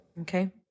Okay